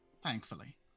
Thankfully